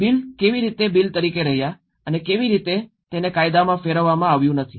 bill કેવી રીતે bill તરીકે રહ્યા અને કેવી રીતે તેને કાયદામાં ફેરવવામાં આવ્યું નથી